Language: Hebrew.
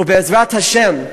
בעזרת השם,